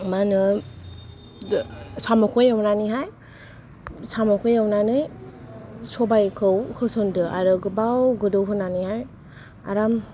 मा होनो साम'खौ एवनानैहाय साम'खौ एवनानै सबायखौ होसनदो आरो गोबाव गोदौ होनानैहाय आराम जादो आरो